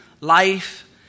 life